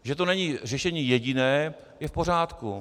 Že to není řešení jediné, je v pořádku.